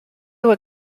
were